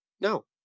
no